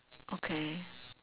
okay